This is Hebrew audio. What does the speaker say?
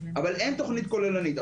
אבל אין תוכנית כוללנית.